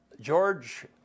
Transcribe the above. George